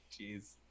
Jeez